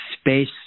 space